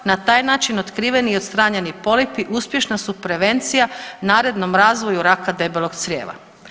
Na taj način otkriveni i odstranjeni polipi uspješna su prevencija narednom razvoju raka debelog crijeva.